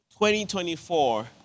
2024